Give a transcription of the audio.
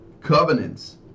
covenants